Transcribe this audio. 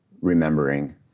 remembering